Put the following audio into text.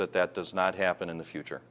that that does not happen in the future